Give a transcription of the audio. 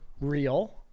real